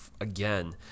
again